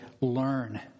learn